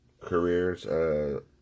careers